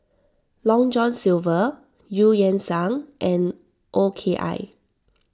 Long John Silver Eu Yan Sang and O K I